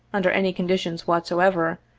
under any conditions whatsoever,